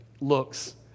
looks